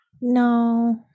no